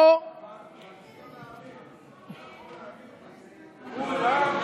חבר הכנסת סמוטריץ', הוא אמר אמת,